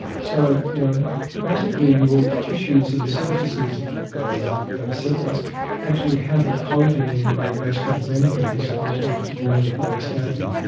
so you know basically your tissues and surfaces of of cells actually have a coating in their basement membranes of activin and follistatin there.